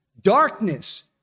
Darkness